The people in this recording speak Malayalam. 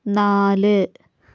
നാല്